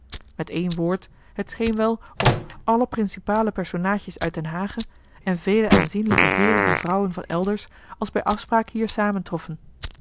met éen woord het scheen wel of alle principale personaadjes uit den hahe en vele aanzienlijke heeren en vrouwen van elders als bij afspraak hier